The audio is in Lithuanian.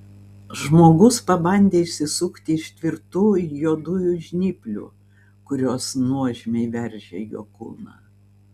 žmogus pabandė išsisukti iš tvirtų juodųjų žnyplių kurios nuožmiai veržė jo kūną